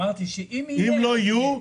אמרתי שאם יהיו -- אמרת שאם לא יהיו,